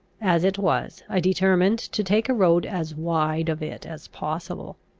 as it was, i determined to take a road as wide of it as possible.